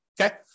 Okay